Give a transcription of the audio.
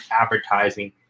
advertising